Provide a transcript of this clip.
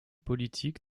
politiques